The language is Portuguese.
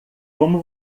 como